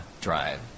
drive